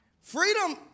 Freedom